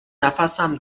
نفسم